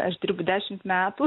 aš dirbu dešimt metų